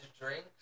drinks